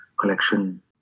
collection